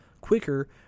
quicker